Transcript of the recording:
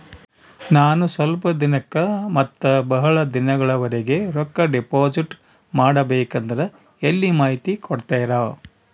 ನಾನು ಸ್ವಲ್ಪ ದಿನಕ್ಕ ಮತ್ತ ಬಹಳ ದಿನಗಳವರೆಗೆ ರೊಕ್ಕ ಡಿಪಾಸಿಟ್ ಮಾಡಬೇಕಂದ್ರ ಎಲ್ಲಿ ಮಾಹಿತಿ ಕೊಡ್ತೇರಾ?